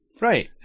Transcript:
Right